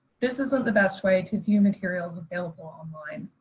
this isn't the best way to view materials available online.